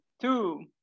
Two